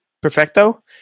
perfecto